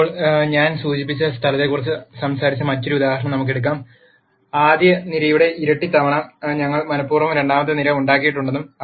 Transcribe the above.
ഇപ്പോൾ ഞാൻ സൂചിപ്പിച്ച സ്ഥലത്തെക്കുറിച്ച് സംസാരിച്ച മറ്റൊരു ഉദാഹരണം നമുക്ക് എടുക്കാം ആദ്യ നിരയുടെ ഇരട്ടി തവണ ഞങ്ങൾ മന ib പൂർവ്വം രണ്ടാമത്തെ നിര ഉണ്ടാക്കിയിട്ടുണ്ടെന്ന്